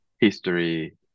history